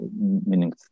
meaning